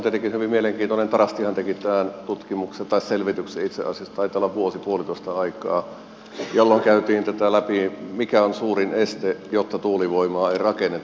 tarastihan teki tämän tutkimuksen tai selvityksen itse asiassa taitaa olla vuosi puolitoista aikaa jolloin käytiin tätä läpi mikä on suurin este jotta tuulivoimaa ei rakenneta